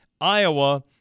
Iowa